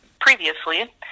previously